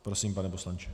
Prosím, pane poslanče.